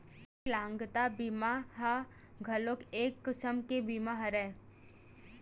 बिकलांगता बीमा ह घलोक एक किसम के बीमा हरय